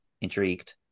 intrigued